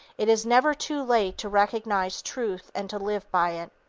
it is never too late to recognize truth and to live by it.